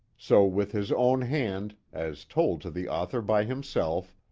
so with his own hand, as told to the author by himself,